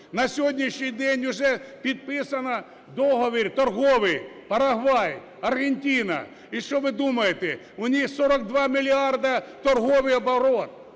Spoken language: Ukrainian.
На сьогоднішній день уже підписано договір торговий Парагвай, Аргентина. І що ви думаєте, у них 42 мільярди торговий оборот